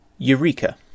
Eureka